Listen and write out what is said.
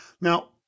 Now